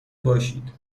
باشید